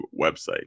website